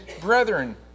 brethren